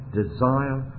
desire